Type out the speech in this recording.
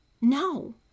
No